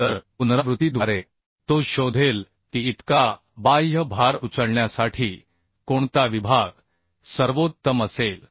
तर पुनरावृत्तीद्वारे तो शोधेल की इतका बाह्य भार उचलण्यासाठी कोणता विभाग सर्वोत्तम असेल